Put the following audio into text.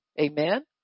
Amen